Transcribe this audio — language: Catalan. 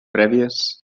prèvies